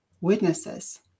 witnesses